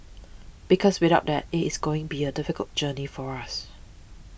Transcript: because without that it is going be a difficult journey for us